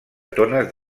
tones